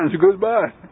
goodbye